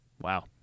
Wow